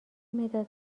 مداد